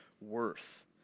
worth